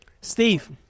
Steve